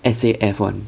S_A_F [one]